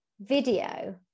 video